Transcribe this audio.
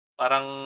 parang